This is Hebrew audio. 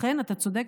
אכן אתה צודק,